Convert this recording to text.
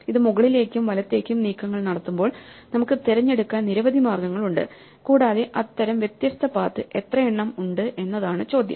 ഇത് മുകളിലേക്കും വലത്തേക്കും നീക്കങ്ങൾ നടത്തുമ്പോൾ നമുക്ക് തിരഞ്ഞെടുക്കാൻ നിരവധി മാർഗങ്ങളുണ്ട് കൂടാതെ അത്തരം വ്യത്യസ്ത പാത്ത് എത്രയെണ്ണം ഉണ്ട് എന്നതാണ് ചോദ്യം